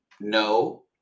no